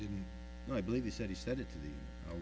didn't know i believe he said he said it's a